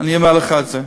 אני אומר לך את זה.